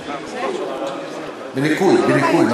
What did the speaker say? מוחמד, "בניכוי".